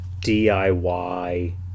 diy